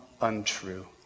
untrue